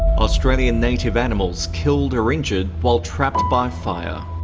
australian native animals killed or injured while trapped by fire.